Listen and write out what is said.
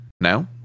Now